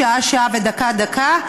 שעה-שעה ודקה-דקה,